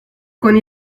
con